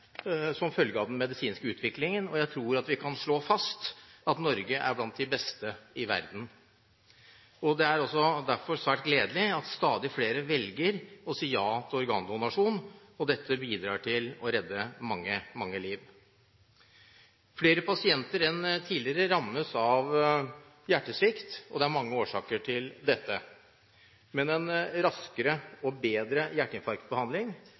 som følge av den medisinske utviklingen, og jeg tror at vi kan slå fast at Norge er blant de beste i verden. Det er derfor svært gledelig at stadig flere velger å si ja til organdonasjon. Dette bidrar til å redde mange, mange liv. Flere pasienter enn tidligere rammes av hjertesvikt, og det er mange årsaker til dette. Men en raskere og bedre hjerteinfarktbehandling